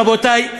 רבותי,